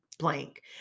blank